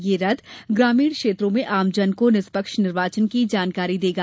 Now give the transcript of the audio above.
यह रथ ग्रामीण क्षेत्रों में आमजन को निष्पक्ष निर्वाचन की जानकारी देगा